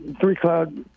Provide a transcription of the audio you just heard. three-cloud